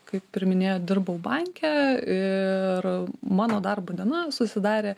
kaip ir minėjot dirbau banke ir mano darbo diena susidarė